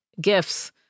Gifts